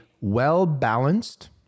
well-balanced